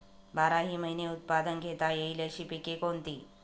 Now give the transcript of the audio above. बाराही महिने उत्पादन घेता येईल अशी पिके कोणती?